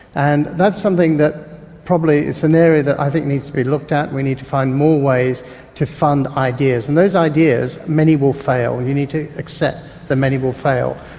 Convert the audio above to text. and that's something that probably is an area that i think needs to be looked at, we need to find more ways to fund ideas. and those ideas, many will fail, you need to accept that many will fail,